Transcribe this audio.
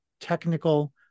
technical